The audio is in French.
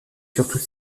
surtout